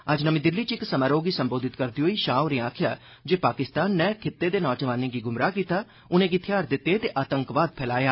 अज्ज नमीं दिल्ली च इक समारोह गी संबोधित करदे होई शाह होरें आस्वेआ जे पाकिस्तान नै खित्ते दे नौजवानें गी गुमराइ कीता उनें'गी थेहार दित्ते ते आतंकवाद फैलाया